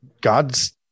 God's